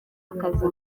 akazi